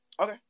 Okay